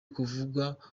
kuvugwa